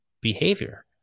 behavior